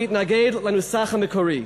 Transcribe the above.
שהתנגד לנוסח המקורי.